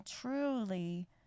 truly